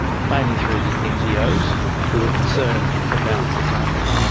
mainly through the ngos who were concerned about, for example,